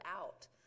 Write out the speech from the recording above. out